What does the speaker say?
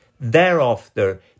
thereafter